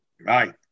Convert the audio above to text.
Right